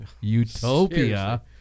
Utopia